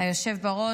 המובן מאליו,